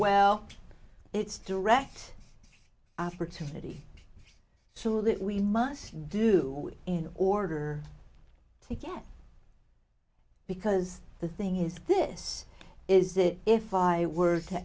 well it's direct opportunity so it we must do in order again because the thing is this is it if i were to